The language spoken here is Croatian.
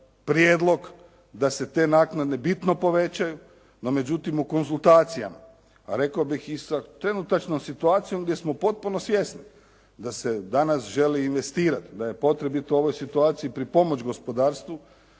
prijedlog da se te naknade bitno povećaju, no međutim u konzultacijama, rekao bih i sa trenutačnom situacijom gdje smo potpuno svjesni da se danas želi investirati, da je potrebito u ovoj situaciji pripomoći gospodarstvu,